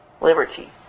liberty